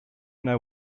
know